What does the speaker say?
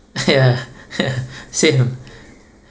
ya ya same